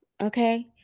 Okay